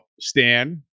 Stan